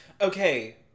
Okay